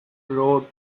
road